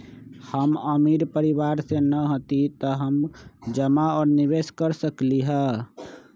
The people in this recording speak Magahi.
हम अमीर परिवार से न हती त का हम जमा और निवेस कर सकली ह?